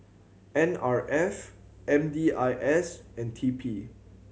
N R F M D I S and T P